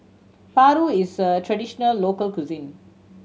paru is a traditional local cuisine